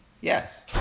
Yes